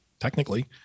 technically